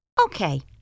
Okay